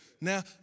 Now